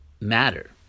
Matter